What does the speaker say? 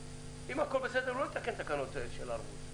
אם הכול יהיה בסדר הוא לא יתקן תקנות של ערבות.